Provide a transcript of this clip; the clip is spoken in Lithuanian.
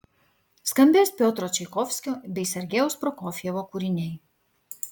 skambės piotro čaikovskio bei sergejaus prokofjevo kūriniai